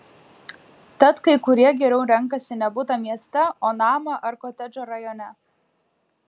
tad kai kurie geriau renkasi ne butą mieste o namą ar kotedžą rajone